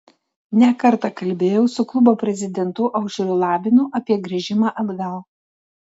ne kartą kalbėjau su klubo prezidentu aušriu labinu apie grįžimą atgal